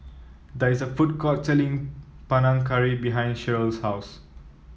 there is a food court selling Panang Curry behind Sheryl's house